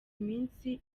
iminsi